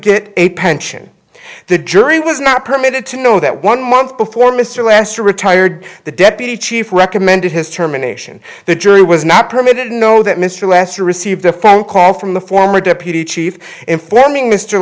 get a pension the jury was not permitted to know that one month before mr lester retired the deputy chief recommended his terminations the jury was not permitted to know that mr lesser received a phone call from the former deputy chief in fleming mr